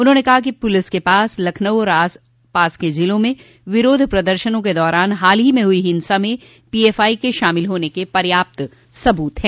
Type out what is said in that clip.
उन्होंने कहा कि पुलिस क पास लखनऊ और अन्य जिलों में विरोध प्रदर्शनों के दौरान हाल ही में हुई हिंसा में पीएफआई के शामिल होने के पर्याप्त सबूत हैं